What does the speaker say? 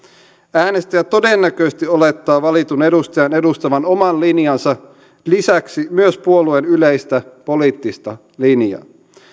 äänestäjä todennäköisesti olettaa valitun edustajan edustavan oman linjansa lisäksi myös puolueen yleistä poliittista linjaa